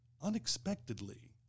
Unexpectedly